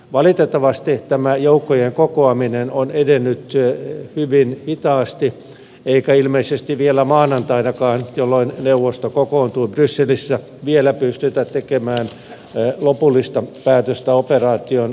valitettavasti tämä joukkojen kokoaminen on edennyt hyvin hitaasti eikä ilmeisesti vielä maanantainakaan jolloin neuvosto kokoontuu brysselissä pystytä tekemään lopullista päätöstä operaation käynnistämisestä